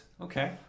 Okay